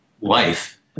life